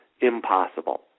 impossible